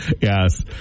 Yes